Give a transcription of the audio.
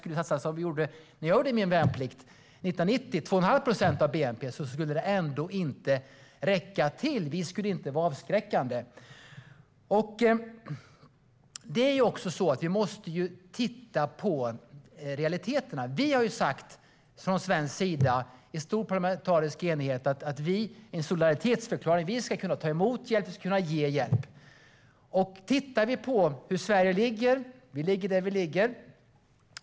Skulle vi satsa mer, som när jag gjorde min värnplikt och man satsade 2 1⁄2 procent av bnp, skulle det ändå inte räcka till. Vi skulle inte vara avskräckande. Vi måste också titta på realiteterna. Från svensk sida har vi med stor parlamentarisk enighet sagt att det är en solidaritetsförklaring. Vi ska kunna ta emot hjälp, och vi ska kunna ge hjälp. Sverige ligger där det ligger.